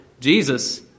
Jesus